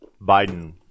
biden